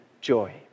joy